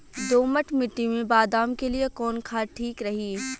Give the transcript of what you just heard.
दोमट मिट्टी मे बादाम के लिए कवन खाद ठीक रही?